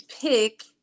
pick